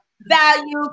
value